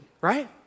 Right